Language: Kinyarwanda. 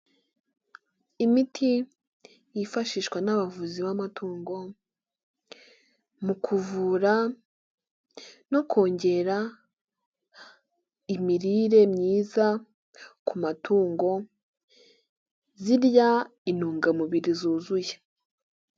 Imiti yifashishwa n'abavuzi b'amatungo mu kuvura no kongera imirire myiza ku matungo zirya intungamubiri zuzuye.